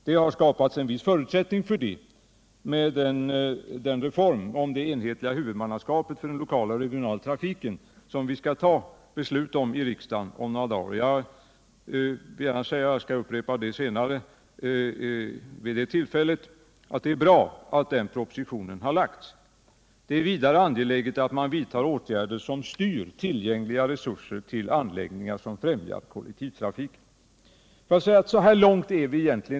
Det har skapats en viss förutsättning för det genom den reform i fråga om enhetligt huvudmannaskap för den lokala och regionala trafiken som vi skall fatta ett beslut om i riksdagen om några dagar. Jag vill gärna säga, och jag skall upprepa det vid det tillfället, att det är bra att den propositionen har lagts. Det är vidare angeläget att man vidtar åtgärder som styr tillgängliga resurser till anläggningar som främjar kollektivtrafiken. Så här långt har vi kommit i dag.